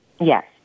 Yes